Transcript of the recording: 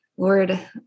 Lord